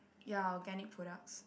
ya organic products